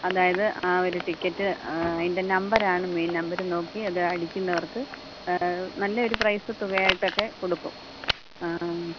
അതായത് ആ ഒരു ടിക്കറ്റ് അതിൻ്റെ നമ്പറാണ് ഈ നമ്പറ് നോക്കി അത് അടിക്കുന്നവർക്ക് നല്ലൊരു പ്രൈസ് തുകയായിട്ടൊക്കെ കൊടുക്കും